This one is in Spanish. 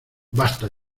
basta